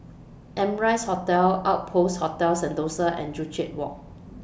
Amrise Hotel Outpost Hotel Sentosa and Joo Chiat Walk